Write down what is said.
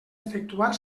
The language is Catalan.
efectuar